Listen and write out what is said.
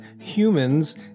humans